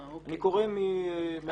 אני קורא מהחלטת הוועדה.